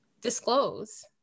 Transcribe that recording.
disclose